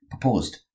proposed